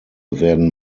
werden